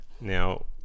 Now